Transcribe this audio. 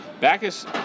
Backus